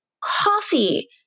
coffee